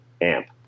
amp